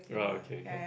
uh okay can